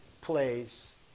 place